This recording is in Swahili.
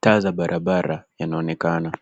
taa za barabara yanaonekana.